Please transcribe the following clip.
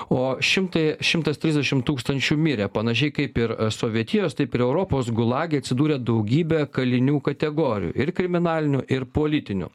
o šimtai šimtas trisdešim tūkstančių mirė panašiai kaip ir sovietijos taip ir europos gulage atsidūrė daugybė kalinių kategorijų ir kriminalinių ir politinių